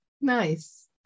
nice